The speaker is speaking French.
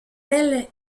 elle